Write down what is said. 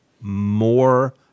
more